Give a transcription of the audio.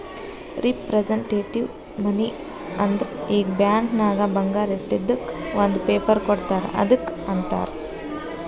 representative money ಅಂದುರ್ ಈಗ bank ನಾಗ್ ಬಂಗಾರ ಇಟ್ಟಿದುಕ್ ಒಂದ್ ಪೇಪರ್ ಕೋಡ್ತಾರ್ ಅದ್ದುಕ್ ಅಂತಾರ್